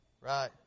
right